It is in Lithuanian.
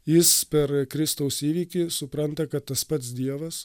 jis per kristaus įvykį supranta kad tas pats dievas